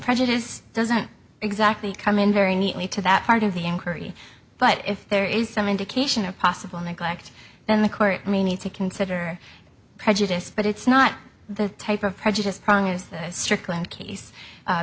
prejudice doesn't exactly come in very neatly to that part of the inquiry but if there is some indication of possible neglect then the court may need to consider prejudice but it's not the type of prejudice